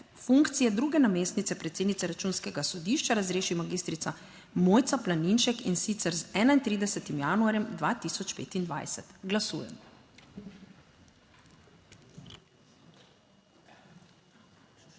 funkcije druge namestnice predsednice Računskega sodišča razreši magistrica Mojca Planinšek in sicer z 31. januarjem 2025. Glasujemo.